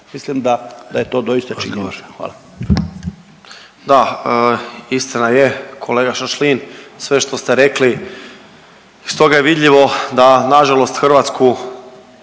**Okroša, Tomislav (HDZ)** Da, istina je kolega Šašlin sve što ste rekli stoga je vidljivo da na žalost Hrvatsku